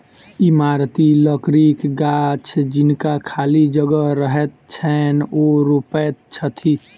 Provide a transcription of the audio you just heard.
इमारती लकड़ीक गाछ जिनका खाली जगह रहैत छैन, ओ रोपैत छथि